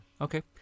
Okay